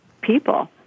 people